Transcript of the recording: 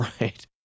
right